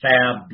Fab